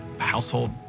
household